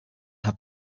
have